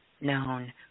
known